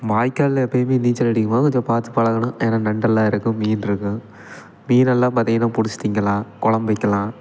வாய்க்காலில் எப்பயும் போய் நீச்சல் அடிக்கும் போது கொஞ்சம் பார்த்து பழகணும் ஏன்னா நண்டெல்லாம் இருக்கும் மீன் இருக்கும் மீனெல்லாம் பார்த்திங்கன்னா பிடிச்சி திங்கலாம் கொழம்பு வைக்கலாம்